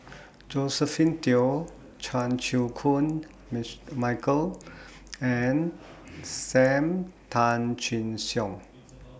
Josephine Teo Chan Chew Koon Michael and SAM Tan Chin Siong